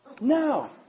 No